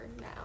now